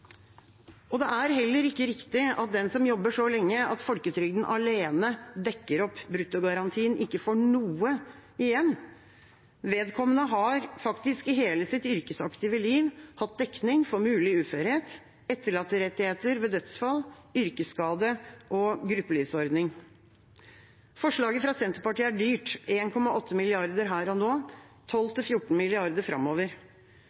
Det er heller ikke riktig at den som jobber så lenge at folketrygden alene dekker opp bruttogarantien, ikke får noe igjen. Vedkommende har faktisk i hele sitt yrkesaktive liv hatt dekning for mulig uførhet, etterlatterettigheter ved dødsfall, yrkesskade og gruppelivsordning. Forslaget fra Senterpartiet er dyrt: 1,8 mrd. kr her og nå og 12–14 mrd. kr framover.